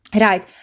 Right